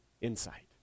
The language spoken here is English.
insight